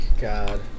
God